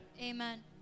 Amen